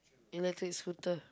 electric scooter